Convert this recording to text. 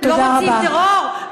לא עושים טרור?